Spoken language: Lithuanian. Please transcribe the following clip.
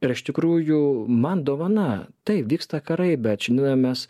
yra iš tikrųjų man dovana taip vyksta karai bet šiandieną mes